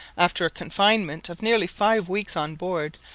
after a confinement of nearly five weeks on board,